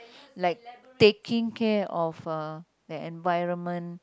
like taking care of uh the environment